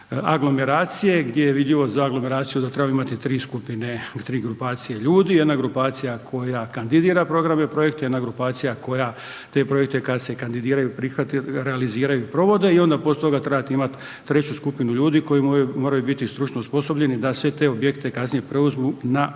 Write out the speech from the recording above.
aglomeracije, gdje je vidljivo za aglomeraciju da trebamo imati 3 skupine ili 3 grupacije ljudi, jedna grupacija koja kandidira programe i projekte, jedna grupacija koja te projekte kad se kandidiraju i prihvate, realiziraju i provode i onda poslije toga trebate imat treću skupinu ljudi koji moraju biti stručno osposobljeni da sve te objekte kasnije preuzmu na upravljanje,